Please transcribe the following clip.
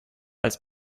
als